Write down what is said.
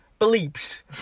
Bleeps